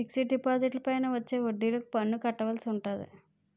fixed డిపాజిట్లపైన వచ్చే వడ్డిలకు పన్ను కట్టవలసి ఉంటాది